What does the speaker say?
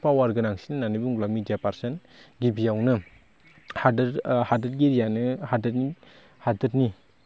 power गोनांसिन होन्नानै बुङोब्ला मेदिया पारसन गिबियावनो हादोर हादोरगिरियानो हादोदनि